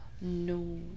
No